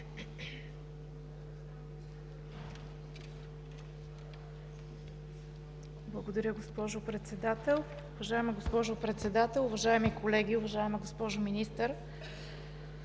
Благодаря, госпожо Председател. Уважаема госпожо Председател, уважаеми колеги, уважаема госпожо Министър!